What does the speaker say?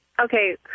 Okay